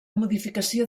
modificació